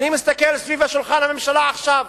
אני מסתכל סביב שולחן הממשלה עכשיו.